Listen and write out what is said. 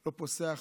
לא פוסח